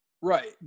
Right